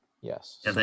Yes